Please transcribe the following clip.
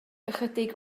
ychydig